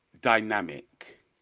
Dynamic